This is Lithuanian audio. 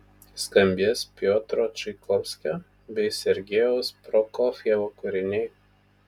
skambės piotro čaikovskio bei sergejaus prokofjevo kūriniai